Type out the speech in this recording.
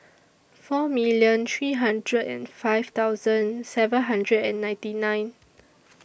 four million three hundred and five seven hundred and ninety nine